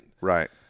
Right